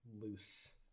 Loose